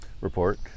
Report